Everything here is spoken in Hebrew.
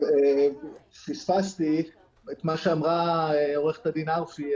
פספסתי את מה שאמרה עו"ד ארפי.